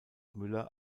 müller